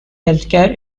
healthcare